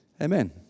Amen